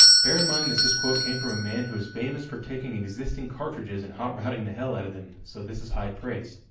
bear in mind that this quote came from a man who was famous for taking existing cartridges and hotrodding the hell out of them, so this is high praise.